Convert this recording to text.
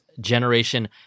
generation